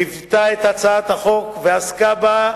שליוותה את הצעת החוק ועסקה בה,